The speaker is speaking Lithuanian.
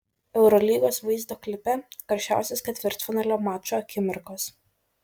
eurolygos vaizdo klipe karščiausios ketvirtfinalio mačų akimirkos